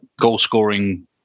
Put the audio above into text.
goal-scoring